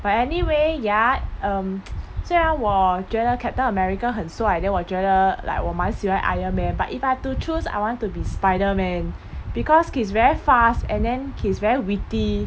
but anyway ya um 虽然我觉得 captain america 很帅 then 我觉得 like 我蛮喜欢 iron man but if I have to choose I want to be spiderman because he's very fast and then he's very witty